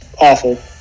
awful